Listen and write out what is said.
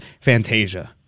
Fantasia